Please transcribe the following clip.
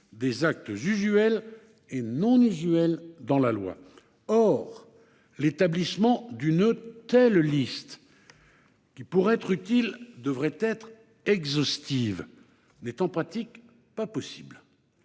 des actes usuels et non usuels dans la loi. Or l'établissement d'une telle liste, qui, pour être utile, devrait être exhaustive, n'est en pratique pas possible